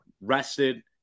rested